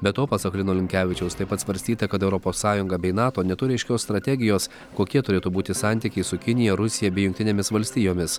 be to pasak lino linkevičiaus taip pat svarstyta kad europos sąjunga bei nato neturi aiškios strategijos kokie turėtų būti santykiai su kinija rusija bei jungtinėmis valstijomis